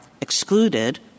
excluded